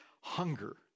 hunger